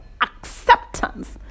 acceptance